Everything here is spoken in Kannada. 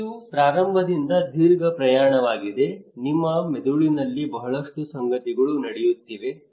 ಇದು ಪ್ರಾರಂಭದಿಂದ ದೀರ್ಘ ಪ್ರಯಾಣವಾಗಿದೆ ನಿಮ್ಮ ಮೆದುಳಿನಲ್ಲಿ ಬಹಳಷ್ಟು ಸಂಗತಿಗಳು ನಡೆಯುತ್ತಿವೆ